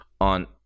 on